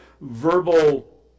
verbal